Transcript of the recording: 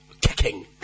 Kicking